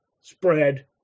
spread